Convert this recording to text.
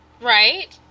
Right